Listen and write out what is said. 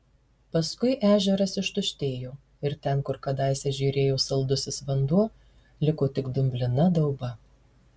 paskui ežeras ištuštėjo ir ten kur kadaise žėrėjo saldusis vanduo liko tik dumblina dauba